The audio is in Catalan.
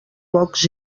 pocs